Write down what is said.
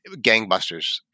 gangbusters